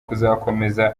kuzakomeza